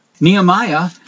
Nehemiah